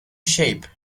shape